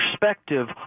perspective